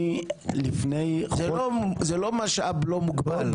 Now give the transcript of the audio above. זה לא משאב לא מוגבל.